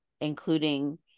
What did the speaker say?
including